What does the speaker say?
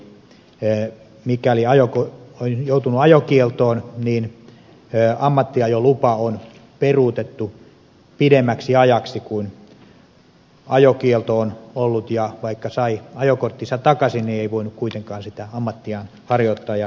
eli mikäli on joutunut ajokieltoon niin ammattiajolupa on peruutettu pidemmäksi ajaksi kuin ajokielto on ollut ja vaikka sai ajokorttinsa takaisin niin ei voinut kuitenkaan sitä ammattiaan harjoittaa